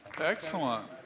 Excellent